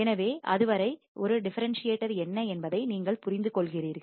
எனவே அதுவரை ஒரு டிஃபரன்ஸ் சியேட்டர் என்ன என்பதை நீங்கள் புரிந்துகொள்கிறீர்கள்